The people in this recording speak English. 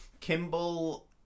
Kimball